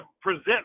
present